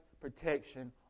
protection